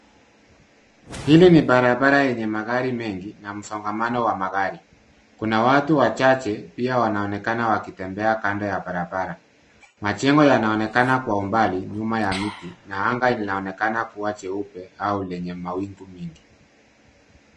Hili ni barabara yenye magari mengi na msongamano wa magari. Kuna watu wachache pia wanaonekana wakitembea kando ya barabara. Majengo yanaonekana kwa umbali, nyuma ya miti, na anga linaonekana kua jeupe au lenye mawingu mingi.